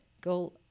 go